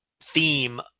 theme